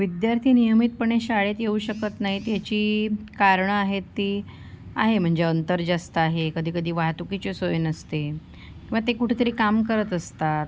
विद्यार्थी नियमितपणे शाळेत येऊ शकत नाहीत ह्याची कारणं आहेत ती आहे म्हणजे अंतर जास्त आहे कधी कधी वाहतुकीची सोय नसते मग ते कुठंतरी काम करत असतात